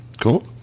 Cool